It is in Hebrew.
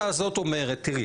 הפאזה הזאת אומרת, תיראי,